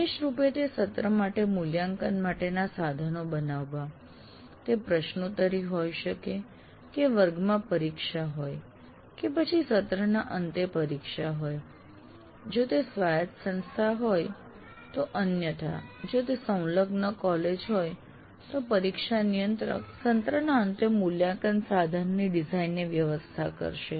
વિશેષ રૂપે તે સત્ર માટે મૂલ્યાંકન માટેના સાધન બનાવવા તે પ્રશ્નોત્તરી હોય શકે કે વર્ગમાં પરીક્ષા હોય કે પછી સત્રના અંતે પરીક્ષા હોય જો તે સ્વાયત્ત સંસ્થા હોય તો અન્યથા જો તે સંલગ્ન કોલેજ હોય તો પરીક્ષા નિયંત્રક સત્રના અંતે મૂલ્યાંકન સાધનની ડિઝાઇનની વ્યવસ્થા કરશે